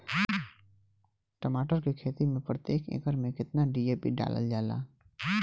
टमाटर के खेती मे प्रतेक एकड़ में केतना डी.ए.पी डालल जाला?